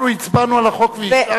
אנחנו הצבענו על החוק ואישרנו אותו.